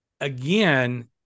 again